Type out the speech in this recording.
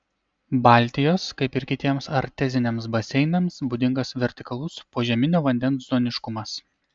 baltijos kaip ir kitiems arteziniams baseinams būdingas vertikalus požeminio vandens zoniškumas